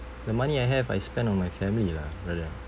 the money I have I spend on my family lah brother